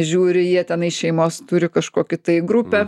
žiūri jie tenai šeimos turi kažkokį tai grupę